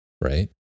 right